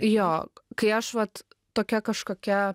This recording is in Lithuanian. jo kai aš vat tokia kažkokia